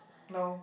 no